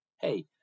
hey